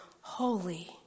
Holy